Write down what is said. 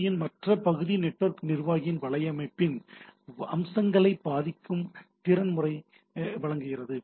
B யின் மற்ற பகுதி நெட்வொர்க் நிர்வாகியின் வலையமைப்பின் அம்சங்களை பாதிக்கும் திறனை வழங்குகிறது